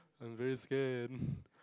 I very scared